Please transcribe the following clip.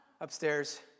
upstairs